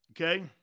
Okay